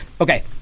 Okay